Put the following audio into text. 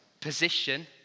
position